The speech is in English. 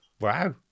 Wow